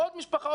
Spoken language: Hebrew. עוד משפחה,